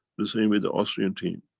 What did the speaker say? the same way the austrian team.